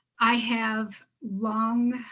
i have long,